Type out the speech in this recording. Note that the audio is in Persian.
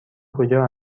کجا